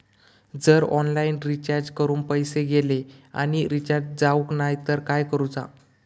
जर online recharge करून पैसे गेले आणि रिचार्ज जावक नाय तर काय करूचा?